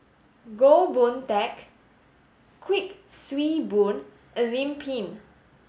Goh Boon Teck Kuik Swee Boon and Lim Pin